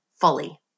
fully